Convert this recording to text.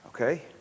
okay